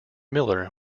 miller